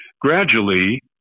Gradually